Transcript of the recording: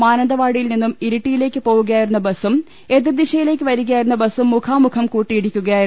മാനന്തവാടിയിൽ നിന്നും ഇരുട്ടിയിലേക്ക് പോകുകയായിരുന്ന ബസും എത്തിർദിശയിലേക്ക് വരികയായിരുന്ന ബസും മുഖാമുഖം കൂട്ടിയിട്ടിക്കുകയായിരുന്നു